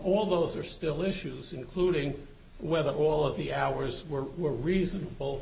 all those are still issues including whether all of the hours were were reasonable